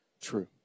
true